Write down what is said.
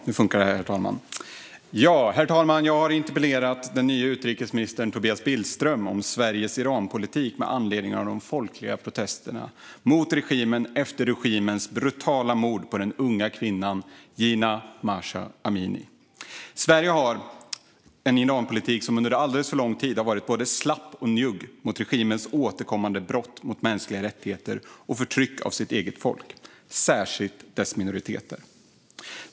Herr talman! Jag har interpellerat den nye utrikesministern Tobias Billström om Sveriges Iranpolitik, med anledning av de folkliga protesterna mot regimen efter dess brutala mord på den unga kvinnan Jina Mahsa Amini. Sverige har en Iranpolitik som under alldeles för lång tid har varit både slapp och njugg när det gäller regimens återkommande brott mot mänskliga rättigheter och förtryck av det egna folket, särskilt dess minoriteter.